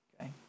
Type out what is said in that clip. okay